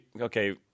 okay